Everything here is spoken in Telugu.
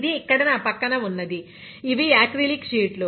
అది ఇక్కడ నా పక్కన ఉంది ఇవి యాక్రిలిక్ షీట్లు